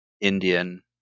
Indian